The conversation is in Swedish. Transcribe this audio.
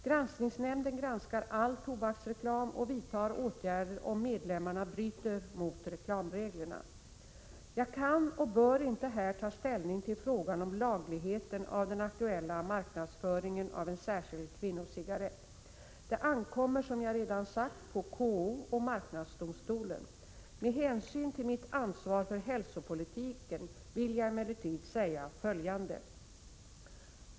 Granskningsnämnden granskar all tobaksreklam och vidtar åtgärder om medlemmarna bryter mot reklamreglerna. Jag kan och bör inte här ta ställning till frågan om lagligheten av den aktuella marknadsföringen av en särskild kvinnocigarett. Det ankommer som jag redan sagt på KO och marknadsdomstolen. Med hänsyn till mitt ansvar för hälsopolitiken vill jag emellertid säga följande.